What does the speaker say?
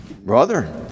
Brother